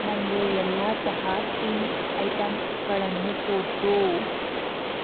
ನನಗೆ ಎಲ್ಲ ಚಹಾ ಟೀ ಐಟಮ್ಗಳನ್ನು ತೋರಿಸು